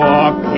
Walk